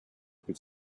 could